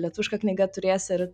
lietuviška knyga turės ir